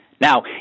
Now